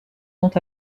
sont